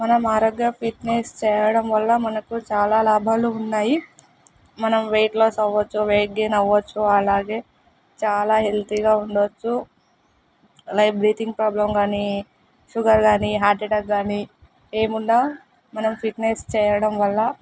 మనం ఆరోగ్య ఫిట్నెస్ చేయడం వల్ల మనకు చాలా లాభాలు ఉన్నాయి మనం వెయిట్ లాస్ అవ్వచ్చు వెయిట్ గెయిన్ అవ్వచ్చు అలాగే చాలా హెల్తీగా ఉండచ్చు లైక్ బ్రీతింగ్ ప్రోబ్లం కానీ షుగర్ కానీ హార్ట్ ఎటాక్ కానీ ఏమున్నా మనం ఫిట్నెస్ చేయడం వల్ల